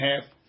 half